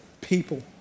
People